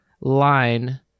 line